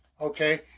Okay